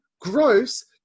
gross